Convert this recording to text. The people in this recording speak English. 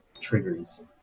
triggers